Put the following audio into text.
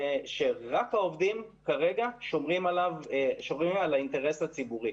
שרק העובדים כרגע שומרים על האינטרס הציבורי.